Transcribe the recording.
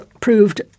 proved